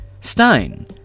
Stein